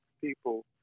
people